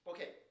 Okay